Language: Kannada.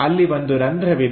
ಅಲ್ಲಿ ಒಂದು ರಂಧ್ರವಿದೆ